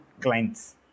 clients